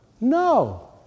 no